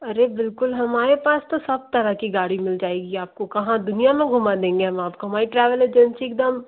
अरे बिल्कुल हमारे पास तो सब तरह की गाड़ी मिल जाएगी आपको कहाँ दुनिया में घुमा देंगे हम आपको हमारी ट्रैवल एजेंसी एकदम